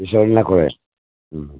পিছৰ দিনা কৰে